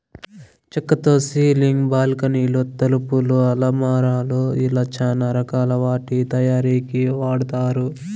చక్కతో సీలింగ్, బాల్కానీలు, తలుపులు, అలమారాలు ఇలా చానా రకాల వాటి తయారీకి వాడతారు